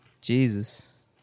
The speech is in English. Jesus